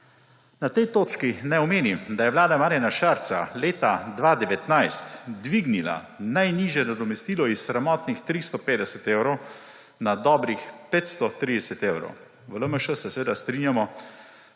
Na tej točki naj omenim, da je vlada Marjana Šarca leta 2019 dvignila najnižjo nadomestilo s sramotnih 350 evrov na dobrih 530 evrov. V LMŠ se seveda strinjamo